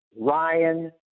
Ryan